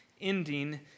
ending